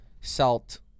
salt